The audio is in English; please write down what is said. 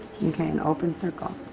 okay. an open circle.